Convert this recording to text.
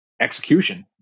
execution